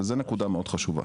וזו נקודה מאוד חשובה.